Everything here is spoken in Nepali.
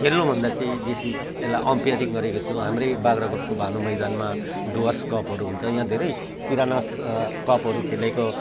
खेल्नु भन्दा चाहिँ बेसी त्यसलाई अम्पाइरिङ गरेको छु हाम्रै बाग्राकोटको भानु मैदानमा डुवर्स कपहरू हुन्छ यहाँ धेरै पिरानास कपहरू खेलेको